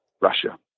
Russia